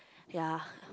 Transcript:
ya